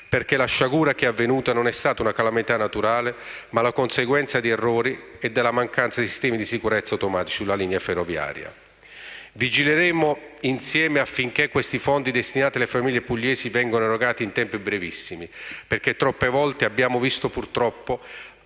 perché la sciagura avvenuta è stata non una calamità naturale, ma la conseguenza di errori e della mancanza di sistemi di sicurezza automatici sulla linea ferroviaria. Vigileremo insieme affinché questi fondi destinati alle famiglie pugliesi vengano erogati in tempi brevissimi, perché troppe volte abbiamo visto, purtroppo,